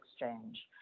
exchange